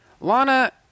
Lana